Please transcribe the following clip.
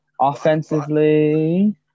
Offensively